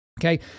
Okay